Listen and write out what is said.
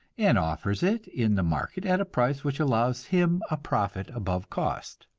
and offers it in the market at a price which allows him a profit above cost.